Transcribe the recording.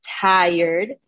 tired